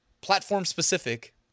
platform-specific